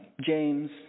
James